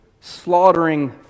slaughtering